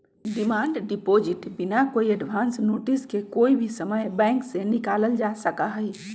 demand deposit बिना कोई advance notice के कोई भी समय बैंक से निकाल्ल जा सका हई